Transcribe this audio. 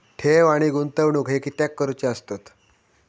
ठेव आणि गुंतवणूक हे कित्याक करुचे असतत?